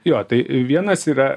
jo tai vienas yra